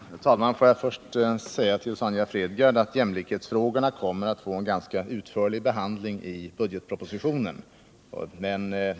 Herr talman! Först vill jag säga till Sonja Fredgardh att jämlikhetsfrågorna kommer att få en ganska utförlig behandling i budgetpropositionen.